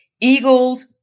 Eagles